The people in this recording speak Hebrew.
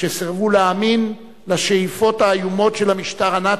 כשסירבו להאמין לשאיפות האיומות של המשטר הנאצי,